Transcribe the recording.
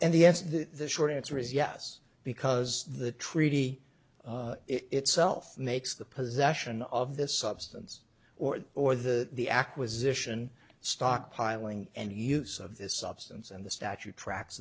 b the short answer is yes because the treaty itself makes the possession of this substance or or the the acquisition stockpiling and use of this substance and the statute tracks